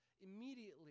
immediately